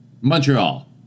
Montreal